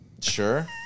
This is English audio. Sure